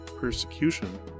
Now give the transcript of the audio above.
persecution